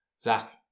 Zach